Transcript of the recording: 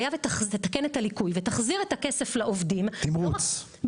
היה ותתקן את הליקוי ותחזיר את הכסף לעובדים אנחנו --- תמריץ,